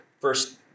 First